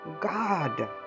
God